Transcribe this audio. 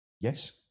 Yes